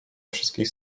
wszystkich